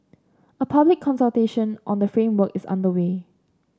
a public consultation on the framework is underway